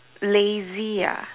lazy ah